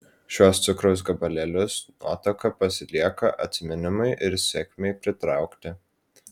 šiuos cukraus gabalėlius nuotaka pasilieka atsiminimui ir sėkmei pritraukti